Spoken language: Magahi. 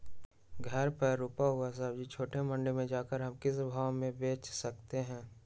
घर पर रूपा हुआ सब्जी छोटे मंडी में जाकर हम किस भाव में भेज सकते हैं?